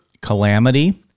Calamity